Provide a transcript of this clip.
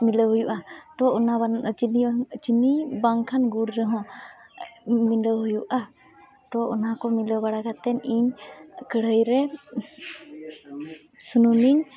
ᱢᱤᱞᱟᱹᱣ ᱦᱩᱭᱩᱜᱼᱟ ᱛᱚ ᱚᱱᱟ ᱵᱟᱱᱟᱣ ᱪᱤᱱᱤ ᱵᱟᱝᱠᱷᱟᱱ ᱜᱩᱲ ᱨᱮᱦᱚᱸ ᱢᱤᱞᱟᱹᱣ ᱦᱩᱭᱩᱜᱼᱟ ᱛᱚ ᱚᱱᱟ ᱠᱚ ᱢᱤᱞᱟᱹᱣ ᱵᱟᱲᱟ ᱠᱟᱛᱮᱫ ᱤᱧ ᱠᱟᱹᱲᱦᱟᱹᱭᱨᱮ ᱥᱩᱱᱩᱢᱤᱧ